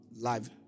live